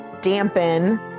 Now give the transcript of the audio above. dampen